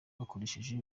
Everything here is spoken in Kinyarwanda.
bakoresheje